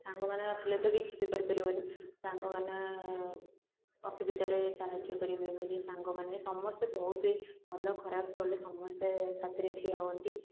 ସାଙ୍ଗମାନେ ନଥିଲେ ତ କିଛି ବି କରିପାରିବନି ସାଙ୍ଗମାନେ ଅସୁବିଧାରେ ସାହାଯ୍ୟ କରିବେ ବୋଲି ସାଙ୍ଗମାନେ ସମସ୍ତେ ବହୁତ ହିଁ ଭଲ ଖରାପ ବେଳେ ସମସ୍ତେ ସାଥିରେ ଠିଆ ହୁଅନ୍ତି